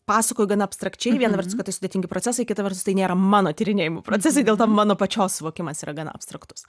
pasakoju gana abstrakčiai viena vertus kad tai sudėtingi procesai kita vertus tai nėra mano tyrinėjimų procesai dėl to mano pačios suvokimas yra gana abstraktus